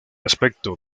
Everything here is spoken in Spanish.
aspecto